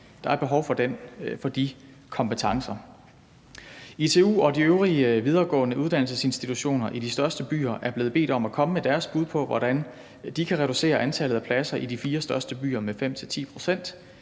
Der er behov for de kompetencer. ITU og de øvrige videregående uddannelsesinstitutioner i de største byer er blevet bedt om at komme med deres bud på, hvordan de kan reducere antallet af pladser i de fire største byer med 5-10 pct.